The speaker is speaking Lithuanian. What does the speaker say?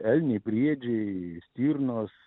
elniai briedžiai stirnos